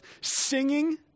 singing